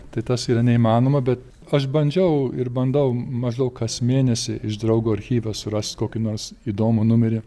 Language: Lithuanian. tai tas yra neįmanoma bet aš bandžiau ir bandau maždaug kas mėnesį iš draugo archyve surast kokį nors įdomų numerį